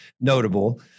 notable